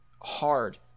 hard